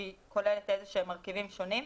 שהיא כוללת מרכיבים שונים.